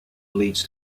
leads